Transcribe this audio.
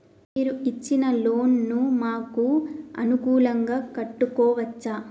మీరు ఇచ్చిన లోన్ ను మాకు అనుకూలంగా కట్టుకోవచ్చా?